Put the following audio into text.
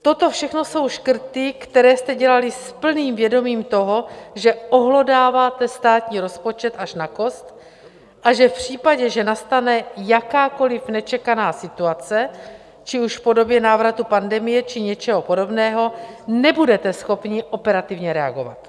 Toto všechno jsou škrty, které jste dělali s plným vědomím toho, že ohlodáváte státní rozpočet až na kost, a že v případě, že nastane jakákoliv nečekaná situace, ať už v podobě návratu pandemie, či něčeho podobného, nebudete schopni operativně reagovat.